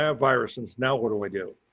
ah viruses. now what do i do?